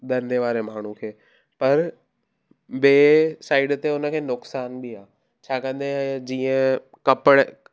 धंधे वारे माण्हू खे पर ॿिए साइड ते हुन खे नुक़सानु बि आहे छा कंदे जीअं कपिड़े